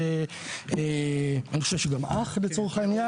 לסכן את